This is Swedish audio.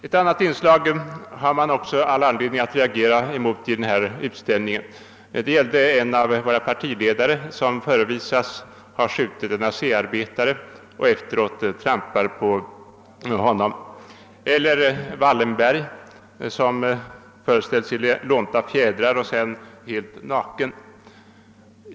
Ett annat inslag som man också har all anledning alt reagera mot i denna utställning är en bild av en av våra partiledare, som förevisas sedan han skjutit en ASEA-arbetare och efteråt trampar på honom. En annan teckning föreställer Wallenberg i »lånta fjädrar» och därefter helt naken.